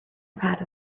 proud